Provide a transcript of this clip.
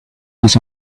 has